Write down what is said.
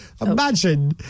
imagine